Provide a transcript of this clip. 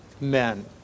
men